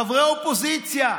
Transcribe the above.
חברי אופוזיציה.